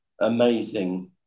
amazing